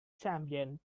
champion